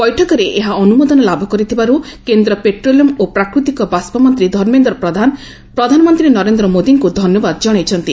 ବେଠକରେ ଏହା ଅନୁମୋଦନ ଲାଭ କରିଥିବାରୁ କେନ୍ଦ୍ର ପେଟ୍ରୋଲିୟମ୍ ଓ ପ୍ରାକୃତିକ ବାଷ୍ଟ ମନ୍ତୀ ଧର୍ମେନ୍ଦ୍ର ପ୍ରଧାନ ପ୍ରଧାନମନ୍ତୀ ନରେନ୍ଦ୍ର ମୋଦୀଙ୍କୁ ଧନ୍ୟବାଦ ଜଣାଇଛନ୍ତି